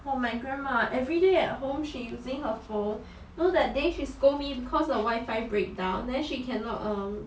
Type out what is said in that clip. oh my grandma ah everyday at home she using her phone you know that day she scold me because the wifi breakdown then she cannot um